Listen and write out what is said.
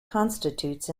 constitutes